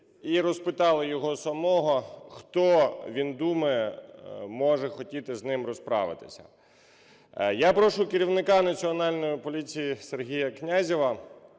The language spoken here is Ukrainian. і розпитали його самого, хто, він думає, може хотіти з ним розправитись. Я прошу керівника Національної поліції Сергія Князєва